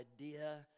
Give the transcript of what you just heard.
idea